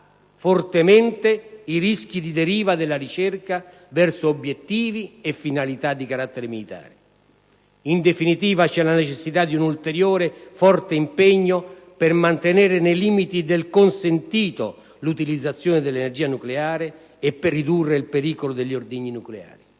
fortemente i rischi di deriva della ricerca verso obiettivi e finalità di carattere militare. In definitiva, c'è la necessità di un ulteriore forte impegno per mantenere nei limiti del consentito l'utilizzazione dell'energia nucleare e per ridurre il pericolo degli ordigni nucleari.